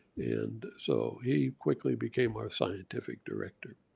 and so he quickly became our scientific director.